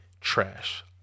trash